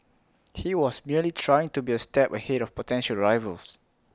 he was merely trying to be A step ahead of potential rivals